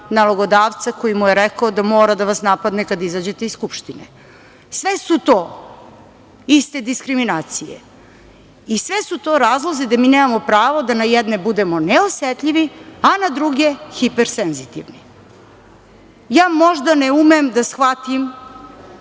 nalogodavca koji mu je rekao da mora da vas napadne kada izađete iz Skupštine. Sve su to iste diskriminacije i sve su to razlozi gde mi nemamo pravo da na jedne budemo neosetljivi, a na druge hipersenzitivni. Ja možda ne umem da shvatim